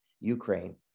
Ukraine